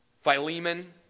Philemon